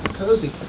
cozy,